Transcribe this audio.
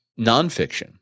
nonfiction